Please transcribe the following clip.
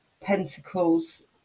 pentacles